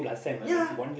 ya